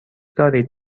دارید